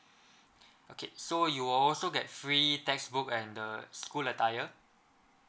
okay so you will also get free textbook and the school attire